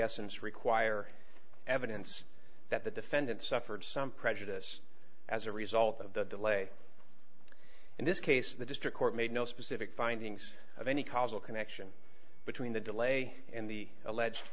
acquiescence require evidence that the defendant suffered some prejudice as a result of the delay in this case the district court made no specific findings of any causal connection between the delay and the alleged